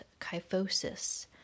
kyphosis